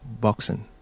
boxing